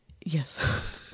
Yes